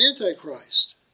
Antichrist